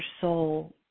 soul